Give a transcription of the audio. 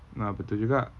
uh betul juga